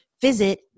Visit